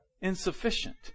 Insufficient